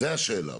זו השאלה.